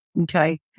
Okay